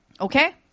Okay